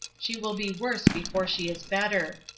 she will be worse before she is better.